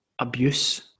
abuse